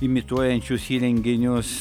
imituojančius įrenginius